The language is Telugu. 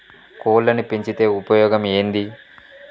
కోళ్లని పెంచితే ఉపయోగం ఏంది?